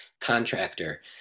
contractor